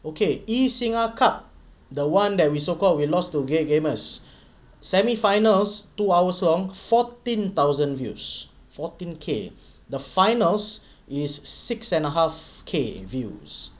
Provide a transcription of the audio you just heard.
okay E singa cup the one that we so called we lost to game gamers semi finals to our song fourteen thousand views fourteen K the finals is six and a half K views